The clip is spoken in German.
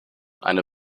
eine